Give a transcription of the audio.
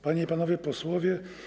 Panie i Panowie Posłowie!